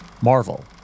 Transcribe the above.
Marvel